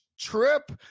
trip